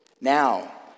Now